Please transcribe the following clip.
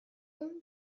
اون